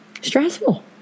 stressful